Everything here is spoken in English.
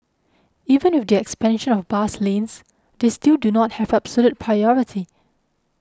even with the expansion of bus lanes they still do not have absolute priority